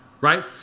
right